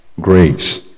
grace